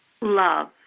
love